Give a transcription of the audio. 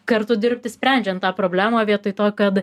kartu dirbti sprendžian tą problemą vietoj to kad